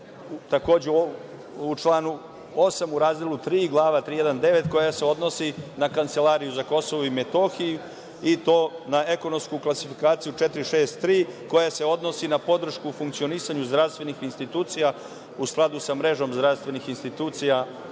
takođe u članu 8. u razdelu 3, glava 3.1.9. koja se odnosi na Kancelariju za KiM i to na ekonomsku klasifikaciju 4.6.3. koja se odnosi na podršku funkcionisanju zdravstvenih institucija u skladu sa mrežom zdravstvenih institucija